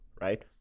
Right